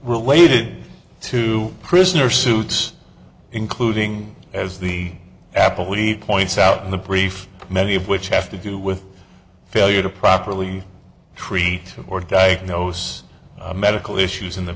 related to prisoner suits including as the apple week points out in the brief many of which have to do with failure to properly treat or diagnose medical issues in the